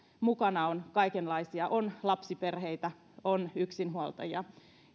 mukana on kaikenlaisia on lapsiperheitä on yksinhuoltajia